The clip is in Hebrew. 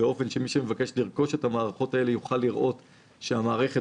באופן שמי שמבקש לרכוש את המערכות האלה יוכל לראות שהמערכת